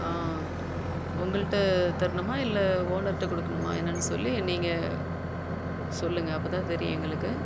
ஆ உங்கள்கிட்ட தரணுமா இல்லை ஓனர்கிட்ட கொடுக்கணுமா என்னென்னு சொல்லி நீங்கள் சொல்லுங்கள் அப்போதான் தெரியும் எங்களுக்கு